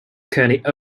currently